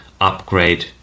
upgrade